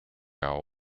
our